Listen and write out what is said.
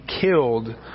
killed